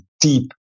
deep